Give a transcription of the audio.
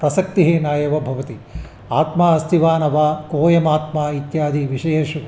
आसक्तिः न एव भवति आत्मा अस्ति वा न वा कोयमात्मा इत्यादिविषयेषु